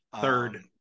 third